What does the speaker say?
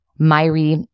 Myri